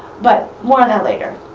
but more on that later.